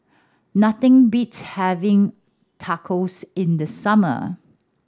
nothing beats having Tacos in the summer